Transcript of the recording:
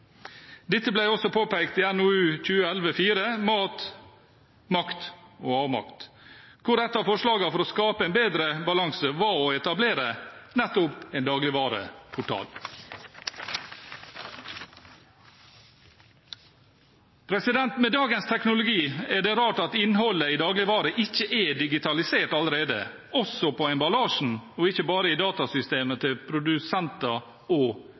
Dette ble også påpekt i NOU 2011: 4 Mat, makt og avmakt, der et av forslagene for å skape en bedre balanse var å etablere en dagligvareportal. Med dagens teknologi er det rart at innholdet i dagligvarer ikke er digitalisert allerede, også på emballasjen og ikke bare i datasystemet til produsenter og